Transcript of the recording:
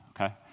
okay